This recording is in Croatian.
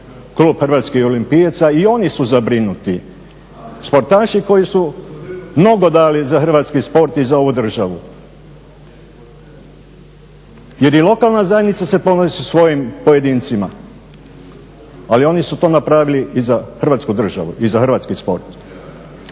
Klub hrvatskih olimpijaca i oni su zabrinuti. Sportaši koji su mnogo dali za hrvatski sport i za ovu državu, jer i lokalna zajednica se ponosi sa svojim pojedincima. Ali oni su to napravili i za Hrvatsku državu i za hrvatski sport.